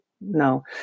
no